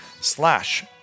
slash